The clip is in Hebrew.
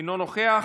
אינו נוכח,